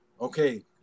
okay